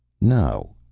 no,